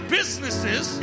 businesses